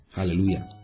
Hallelujah